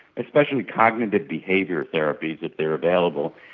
especially cognitive behaviour therapies if they are available,